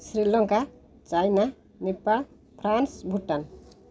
Sri Lanka China Nepal France Bhutan